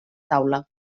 taula